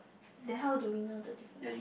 then how do we know the difference